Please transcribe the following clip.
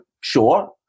sure